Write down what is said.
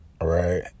Right